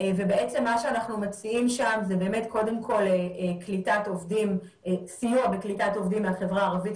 ומה שאנחנו מציעים שם זה קודם כל סיוע בקליטת עובדים מהחברה הערבית,